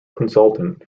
consultant